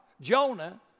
Jonah